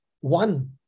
one